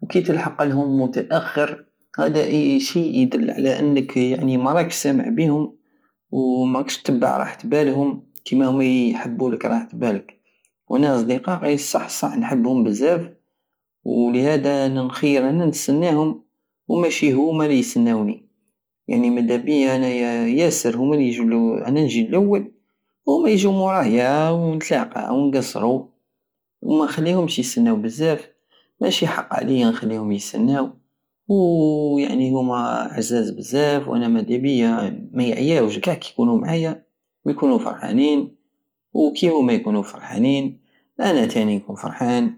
وكيتلحقلهم متأخر هدا شيء يدل على انك يعني مراكش سامع بيهم ومراكش تبع تاحت بالهم كيما هوما يحبولك راحت بالك وانا اصدقائي صح صح نحبهم بزاف ولهدا نخير انا نستناهم وماشي هوما لي يستناوني لاني مدابيا ياسر هما لييجو- انا لي نجي لول وهوما يجو مورايا ونتلاقاو ونقسرو ومنخليهمش يستناو بزاف بشب حق عليا نخليهم يسناو يعني هوما عزاز بزاف وانا مدابيا مايعياوش قع كي يكونو معايا ويكونو فؤحانين وكي هوما يكونو فرحانين انا تاني نكون فرحان